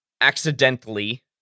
accidentally